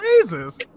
Jesus